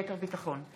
ליתר ביטחון.